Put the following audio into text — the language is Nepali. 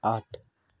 आठ